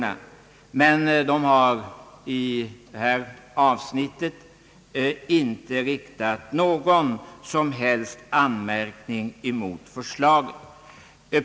Man har emellertid från lagrådets sida i detta avsnitt icke riktat någon som helst anmärkning mot förslaget.